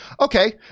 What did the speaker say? Okay